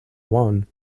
won